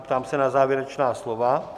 Ptám se na závěrečná slova.